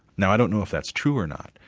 now i don't know if that's true or not.